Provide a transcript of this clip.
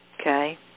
Okay